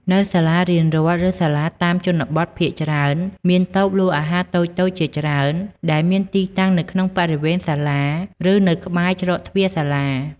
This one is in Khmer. នៅសាលារៀនរដ្ឋ ឬសាលាតាមជនបទភាគច្រើនមាន តូបលក់អាហារ តូចៗជាច្រើន ដែលមានទីតាំងនៅក្នុងបរិវេណសាលា ឬនៅក្បែរច្រកទ្វារសាលា។